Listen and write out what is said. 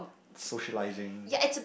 socialising